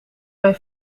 mij